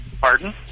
Pardon